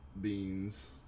beans